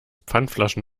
pfandflaschen